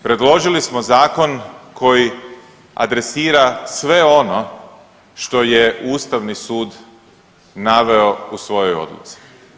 Predložili smo zakon koji adresira sve ono što je Ustavni sud naveo u svojoj odluci.